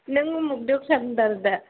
नों उमुक दखानदार दा